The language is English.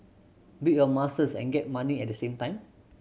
build your muscles and get money at the same time